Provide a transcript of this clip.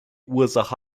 ursache